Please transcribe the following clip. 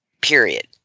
period